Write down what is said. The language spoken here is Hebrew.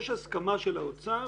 יש הסכמה של האוצר